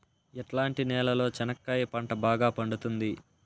ఎట్లాంటి నేలలో చెనక్కాయ పంట బాగా పండుతుంది?